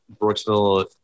Brooksville